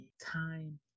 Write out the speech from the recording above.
time